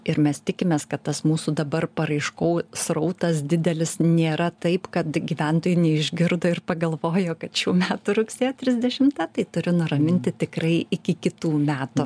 ir mes tikimės kad tas mūsų dabar paraiškų srautas didelis nėra taip kad gyventojai neišgirdo ir pagalvojo kad šių metų rugsėjo trisdešimta tai turiu nuraminti tikrai iki kitų metų